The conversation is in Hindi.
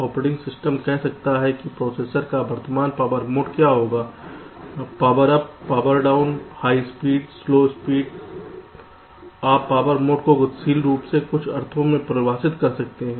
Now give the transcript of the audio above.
ऑपरेटिंग सिस्टम कह सकता है कि प्रोसेसर का वर्तमान पावर मोड क्या होगा power up power down high speed slow speed आप पावर मोड को गतिशील रूप से कुछ अर्थों में परिभाषित कर सकते हैं